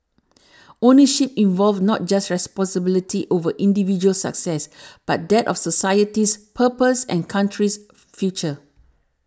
ownership involved not just responsibility over individual success but that of society's purpose and country's future